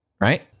Right